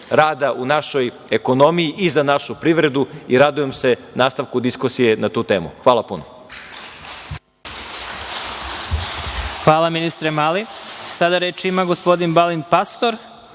rada u našoj ekonomiji i za našu privredu i radujem se nastavku diskusije na tu temu. Hvala puno. **Vladimir Marinković** Hvala, ministre Mali. Sada reč ima gospodin Balint Pasator.